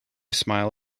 smile